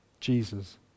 Jesus